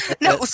No